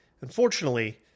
Unfortunately